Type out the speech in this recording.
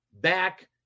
back